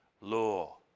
law